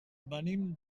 venim